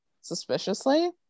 suspiciously